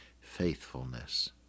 faithfulness